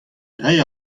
reiñ